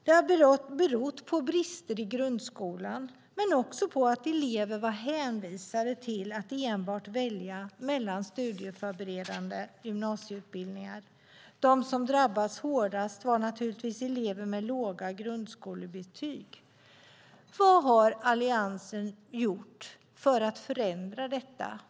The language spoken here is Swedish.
Det har berott på brister i grundskolan men också på att elever var hänvisade till att enbart välja mellan studieförberedande gymnasieutbildningar. De som drabbades hårdast var naturligtvis elever med låga grundskolebetyg. Vad har Alliansen gjort för att förändra detta?